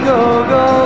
Go-Go